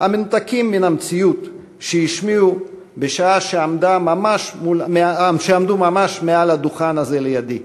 המנותקים מן המציאות שהשמיעו בשעה שעמדו ממש מעל הדוכן הזה לידי.